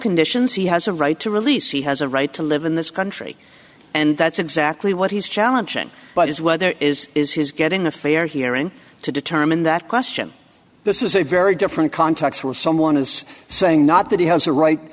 conditions he has a right to release he has a right to live in this country and that's exactly what he's challenging but is whether is is his getting a fair hearing to determine that question this is a very different context where someone is saying not that he has a right